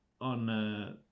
on